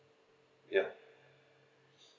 ya